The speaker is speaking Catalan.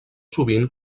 sovint